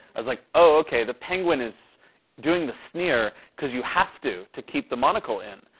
i was like, oh, ok. the penguin is doing the sneer because you have to, to keep the monocle in.